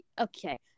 Okay